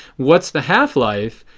what is the half-life?